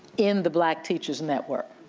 in the black teachers network.